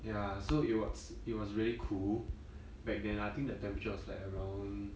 ya so it was it was really cool back then I think the temperature was like around